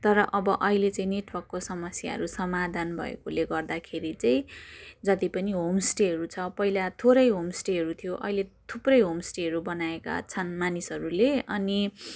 तर अब अहिले चाहिँ नेटवर्कको समस्याहरू समाधान भएकाले गर्दाखेरि चाहिँ जति पनि होमस्टेहरू छ पहिला थोरै होमस्टेहरू थियो अहिले थुप्रो होमस्टेहरू बनाएका छन् मानिसहरूले अनि